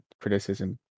criticism